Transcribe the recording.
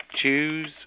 choose